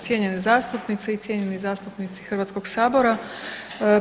Cijenjene zastupnice, cijenjeni zastupnici HS-a.